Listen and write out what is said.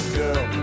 girl